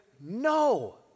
no